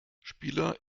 spieler